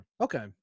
Okay